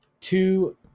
two